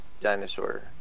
dinosaur